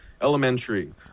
Elementary